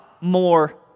more